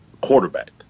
quarterback